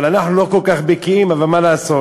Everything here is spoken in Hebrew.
אבל אנחנו לא כל כך בקיאים, מה לעשות.